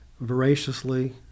voraciously